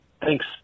Thanks